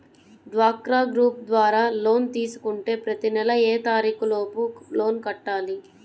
డ్వాక్రా గ్రూప్ ద్వారా లోన్ తీసుకుంటే ప్రతి నెల ఏ తారీకు లోపు లోన్ కట్టాలి?